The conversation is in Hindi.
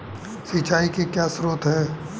सिंचाई के क्या स्रोत हैं?